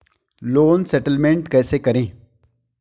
Loan settlement कैसे करें?